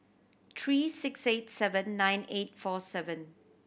three six eight seven nine eight four seven